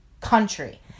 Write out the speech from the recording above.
country